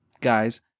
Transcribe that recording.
guys